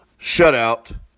shutout